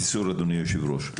בקיצור אדוני היושב-ראש,